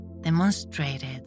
demonstrated